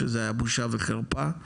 שזה היה בושה וחרפה,